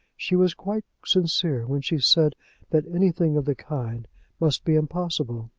she was quite sincere when she said that anything of the kind must be impossible.